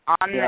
on